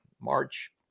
march